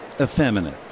effeminate